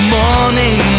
morning